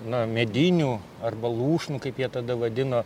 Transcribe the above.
na medinių arba lūšnų kaip jie tada vadino